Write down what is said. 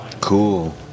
Cool